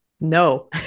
No